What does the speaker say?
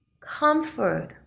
comfort